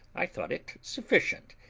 i thought it sufficient,